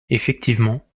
effectivement